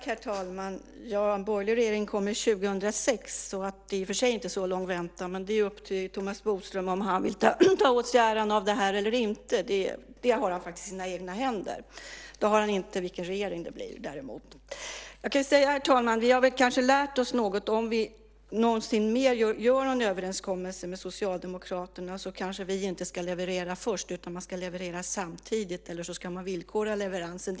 Herr talman! En borgerlig regering kommer 2006, så det är i och för sig inte så lång väntan. Men det är upp till Thomas Bodström om han vill ta åt sig äran av det här eller inte. Det har han faktiskt i sina egna händer. Det har han däremot inte när det gäller vilken regering det blir. Herr talman! Vi har kanske lärt oss någonting. Om vi någonsin mer gör en överenskommelse med Socialdemokraterna kanske vi inte ska leverera först, utan man ska leverera samtidigt eller så ska man villkora leveransen.